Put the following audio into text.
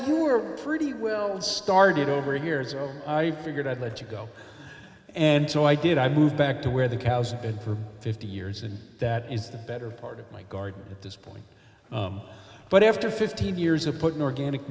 s pretty well started over here it's well i figured i'd let you go and so i did i moved back to where the cows have been for fifty years and that is the better part of my garden at this point but after fifteen years of putting organic